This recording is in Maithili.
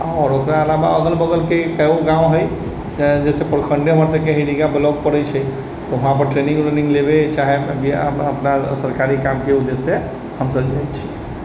आओर ओकर अलावा अगल बगलके कए गो गाँव है जइसे प्रखण्डे हमर सभके ही रिगा ब्लॉक पड़ै छै वहाँ पर ट्रेनिङ्ग व्रेनिङ्ग लेबै चाहे अपना सरकारी कामके उद्देश्यसँ हम सभ जाइ छी